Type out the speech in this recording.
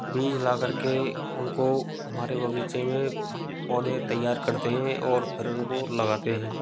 बीज लाकर के उनको हमारे बगीचे में पौधें तैयार करते हैं और फिर उनको लगाते हैं